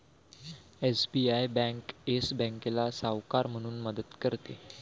SBI bank Yes बँकेला सावकार म्हणून मदत करते